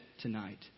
tonight